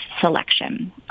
selection